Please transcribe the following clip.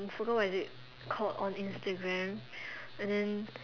forgot what is it called on Instagram and then